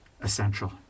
essential